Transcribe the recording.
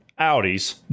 Audis